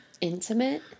intimate